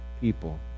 people